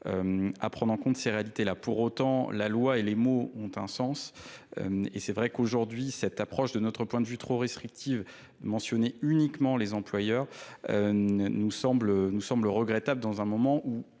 à prendre en compte ces réalités là. Pour autant, là. Pour autant, la loi et les mots ont un sens et c'est vrai qu'aujourd'hui cette approche de notre point de vue trop restrictif mentionné uniquement les employeurs. nous Nous nous semble regrettable dans un moment où,